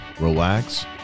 relax